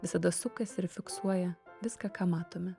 visada sukasi ir fiksuoja viską ką matome